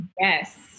Yes